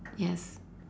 yes